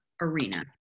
arena